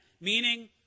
meaning